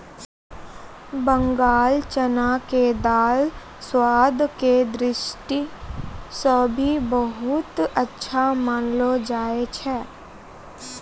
बंगाल चना के दाल स्वाद के दृष्टि सॅ भी बहुत अच्छा मानलो जाय छै